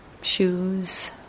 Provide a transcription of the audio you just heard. shoes